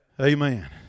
Amen